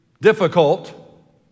difficult